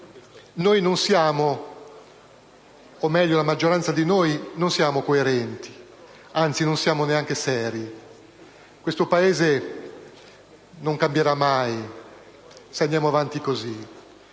Tuttavia credo che la maggioranza di noi non sia coerente: anzi, non siamo neanche seri. Questo Paese non cambierà mai se andiamo avanti così.